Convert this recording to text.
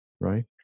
right